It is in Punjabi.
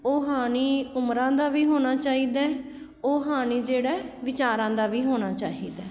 ਉਹ ਹਾਣੀ ਉਮਰਾਂ ਦਾ ਵੀ ਹੋਣਾ ਚਾਹੀਦਾ ਉਹ ਹਾਣੀ ਜਿਹੜਾ ਵਿਚਾਰਾਂ ਦਾ ਵੀ ਹੋਣਾ ਚਾਹੀਦਾ